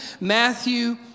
Matthew